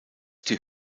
die